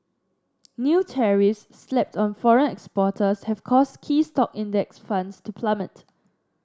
new tariffs slapped on foreign exporters have caused key stock index funds to plummet